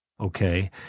Okay